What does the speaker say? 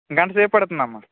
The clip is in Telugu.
గంట సేపు పడుతుందమ్మా